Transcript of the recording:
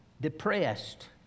depressed